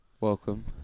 welcome